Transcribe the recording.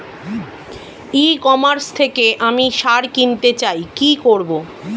E commerce থেকে আমি সার কিনতে চাই কি করব?